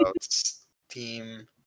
steam